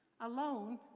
alone